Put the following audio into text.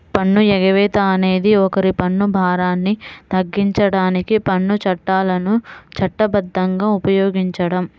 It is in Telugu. పన్ను ఎగవేత అనేది ఒకరి పన్ను భారాన్ని తగ్గించడానికి పన్ను చట్టాలను చట్టబద్ధంగా ఉపయోగించడం